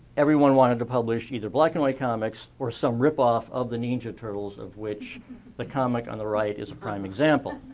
everyone wanted to publish either black and white comics or some rip-off of the ninja turtles of which the comic on the right is a prime example.